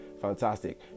Fantastic